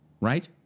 right